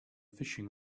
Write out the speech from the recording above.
fishing